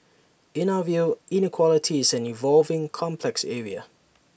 in our view inequality is an evolving complex area